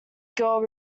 girl